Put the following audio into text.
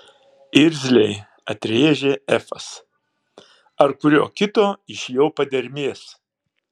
irzliai atrėžė efas ar kurio kito iš jo padermės